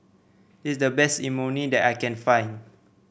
this is the best Imoni that I can find